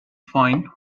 fine